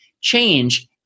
Change